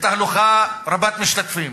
בתהלוכה רבת-משתתפים.